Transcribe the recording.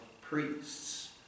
priests